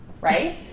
right